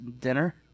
dinner